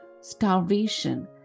starvation